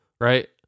right